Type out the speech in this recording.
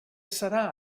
serà